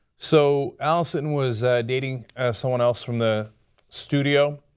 so alison was dating someone else from the studio,